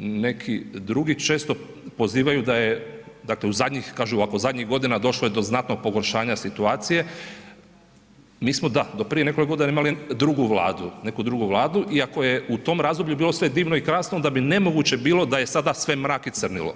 neki drugi često pozivaju da je dakle u zadnjih, kažu ovako zadnjih godina došlo je do znatnog pogoršanja situacije, mi smo da, do prije nekoliko godina imali drugu vladu, neku drugu vladu iako je u tom razdoblju bilo sve divno i krasno onda bi nemoguće bilo da je sada sve mrak i crnilo.